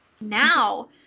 Now